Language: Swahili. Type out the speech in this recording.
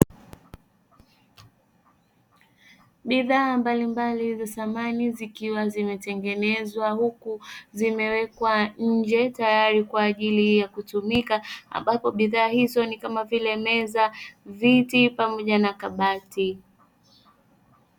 Bidhaa mbalimbali za samani zikiwa zimetengenezwa huku zimewekwa nje tayari kwa ajili ya kutumika ambapo, bidhaa hizo ni kama vile meza, viti pamoja na kabati.